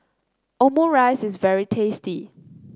Omurice is very tasty